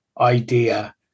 idea